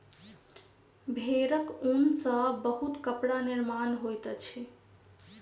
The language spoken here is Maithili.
भेड़क ऊन सॅ बहुत कपड़ा निर्माण होइत अछि